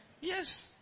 Yes